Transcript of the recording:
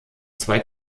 zwei